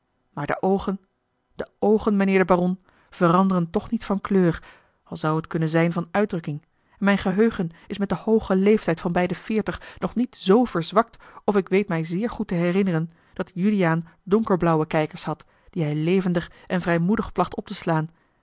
maar de oogen de oogen mijnheer de baron veranderen toch niet van kleur al zou het kunnen zijn van uitdrukking en mijn geheugen is met den hoogen leeftijd van bij de veertig nog niet z verzwakt of ik weet mij zeer goed te herinneren dat juliaan donkerblauwe kijkers had die hij levendig en vrijmoedig placht op te slaan